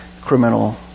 criminal